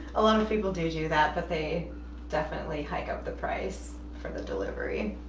a lot of people do do that but they definitely hike up the price for the delivery.